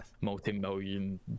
multi-million